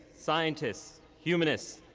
scientists, humanists,